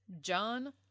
John